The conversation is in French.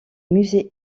musée